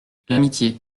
l’amitié